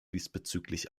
diesbezüglich